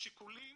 השיקולים